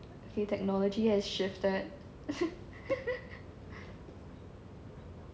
the technology has shifted